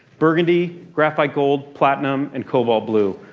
burgundy, graphite gold, platinum, and cobalt blue.